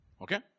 Okay